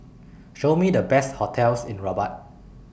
Show Me The Best hotels in Rabat